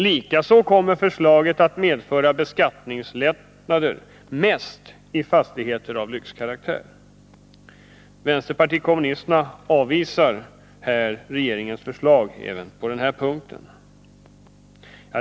Likaså kommer förslaget att medföra beskattningslättnader, mest för fastigheter av lyxkaraktär. Vänsterpartiet kommunisterna avvisar därför regeringens förslag även på denna punkt.